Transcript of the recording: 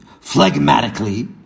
phlegmatically